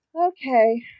Okay